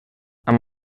amb